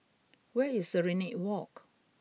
where is Serenade Walk